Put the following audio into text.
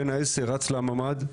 בן ה-10 רץ לממ"ד,